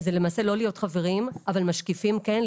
זה למעשה לא להיות חברים אבל משקיפים כן?